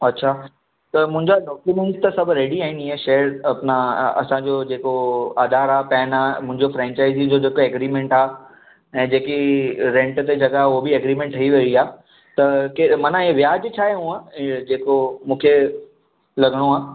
अछा त मुंहिंजा डॉक्यूमेंट्स त सभु रेडी आहिनि ईअं शइ अपना असांजो जेको आधार आहे पेन आहे मुंहिंजो फ्रेंचाइजी जो जेका एग्रीमेंट आहे ऐं जेकी रेंट ते जॻहि हू बि एग्रीमेंट ठही वई आहे त की माना हे व्याजु छाहे हूंअं इहो जेको मूंखे लॻिणो आहे